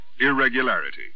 irregularity